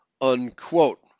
unquote